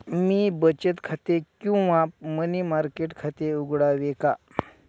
मी बचत खाते किंवा मनी मार्केट खाते उघडावे का?